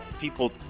people